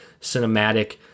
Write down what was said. cinematic